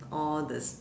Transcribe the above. all this